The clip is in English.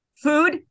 Food